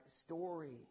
story